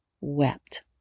wept